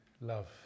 love